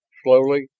slowly,